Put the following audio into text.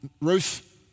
Ruth